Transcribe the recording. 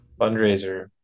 Fundraiser